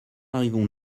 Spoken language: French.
arrivons